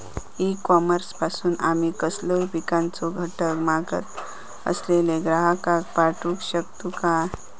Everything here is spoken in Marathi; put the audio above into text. ई कॉमर्स पासून आमी कसलोय पिकाचो घटक मागत असलेल्या ग्राहकाक पाठउक शकतू काय?